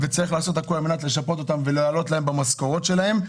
וצריך לעשות הכול על מנת לשפות אותן ולהעלות להן במשכורות שלהן.